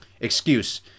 Excuse